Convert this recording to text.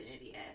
idiot